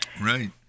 Right